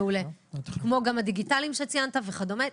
מעולה, כמו גם הדיגיטלים שציינת וכדומה.